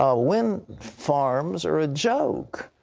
ah wind farms are a joke.